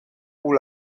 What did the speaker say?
pour